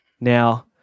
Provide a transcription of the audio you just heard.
Now